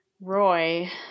Roy